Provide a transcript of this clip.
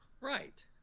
Right